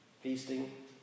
feasting